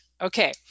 Okay